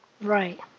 Right